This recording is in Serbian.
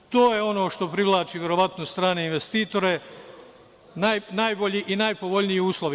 To je ono što privlači verovatno strane investitore – najbolji i najpovoljniji uslovi.